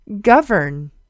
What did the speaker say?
Govern